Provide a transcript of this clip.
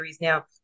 now